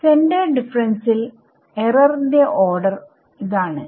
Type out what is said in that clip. centred ഡിഫറെൻസിൽ error ന്റെ order ആണ്